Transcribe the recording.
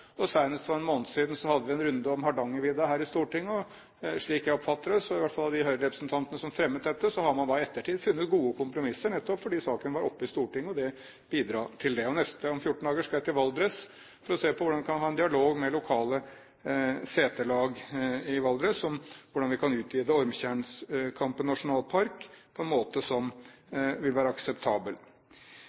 for en måned siden hadde vi en runde om Hardangervidda her i Stortinget, og slik jeg oppfatter det – i hvert fall fra de Høyre-representantene som fremmet dette – har man i ettertid funnet gode kompromisser, nettopp fordi saken var oppe i Stortinget, og det bidro til det. Om 14 dager skal jeg til Valdres for å se på hvordan man kan ha en dialog med lokale seterlag i Valdres, om hvordan vi kan utvide Ormtjernkampen nasjonalpark på en måte som vil være akseptabel.